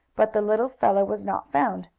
but the little fellow was not found.